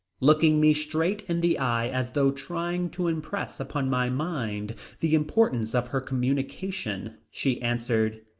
looking me straight in the eye as though trying to impress upon my mind the importance of her communication, she answered,